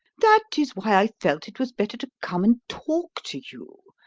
that is why i felt it was better to come and talk to you,